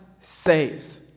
saves